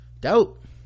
Dope